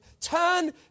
turn